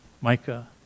Micah